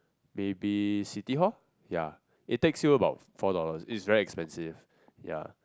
maybe City-Hall ya it takes you about four dollars ya it's very expensive